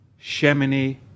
Shemini